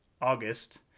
August